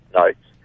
notes